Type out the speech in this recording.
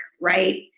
right